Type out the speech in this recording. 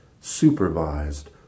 supervised